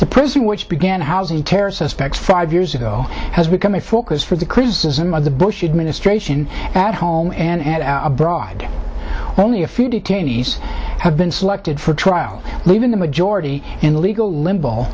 the prison which began housing terror suspects five years ago has become a focus for the criticism of the bush administration at home and abroad only a few detainees have been selected for trial leaving the majority in legal limbo